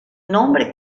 nombre